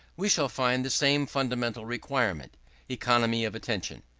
we shall find the same fundamental requirement economy of attention.